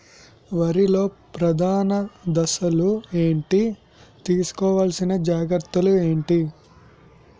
వరిలో ప్రధాన దశలు ఏంటి? తీసుకోవాల్సిన జాగ్రత్తలు ఏంటి?